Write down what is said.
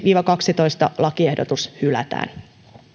viiva kahdestoista lakiehdotus hylätään